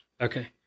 Okay